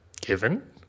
Given